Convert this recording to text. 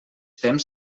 temps